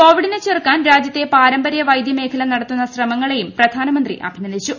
കോവിഡിനെ ചെറുക്കാൻ രാജ്യത്തെ പാരമ്പര്യവൈദ്യമേഖല നടത്തുന്ന ശ്രമങ്ങളേയും പ്രധാനമന്ത്രി അഭിനന്ദിച്ചു